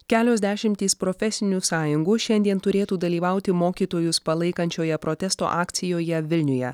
kelios dešimtys profesinių sąjungų šiandien turėtų dalyvauti mokytojus palaikančioje protesto akcijoje vilniuje